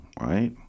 right